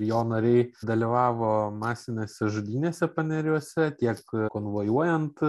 jo nariai dalyvavo masinėse žudynėse paneriuose tiek konvojuojant